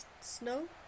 Snow